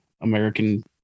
American